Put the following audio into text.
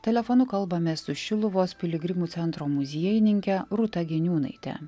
telefonu kalbamės su šiluvos piligrimų centro muziejininke rūta giniūnaite